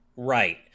Right